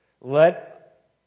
let